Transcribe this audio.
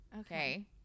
Okay